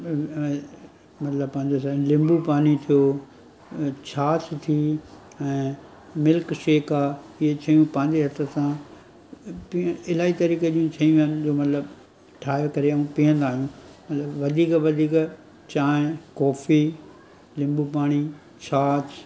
मतिलबु पंहिंजो छा आहे लीमो पाणी थियो ऐं छाछ थी ऐं मिल्कशेक आहे इहे शयूं पांजे हथ सां इलाही तरीक़े जूं शयूं आहिनि जो मतिलबु ठाहे करे ऐं पीअंदा आहियूं वधीक वधीक चाहिं कॉफी लीमो पाणी छाछ